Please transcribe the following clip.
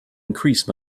increase